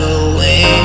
away